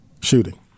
shooting